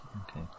Okay